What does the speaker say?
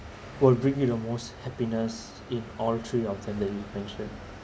will bring you the most happiness in all three of you mentioned